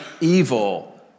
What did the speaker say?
evil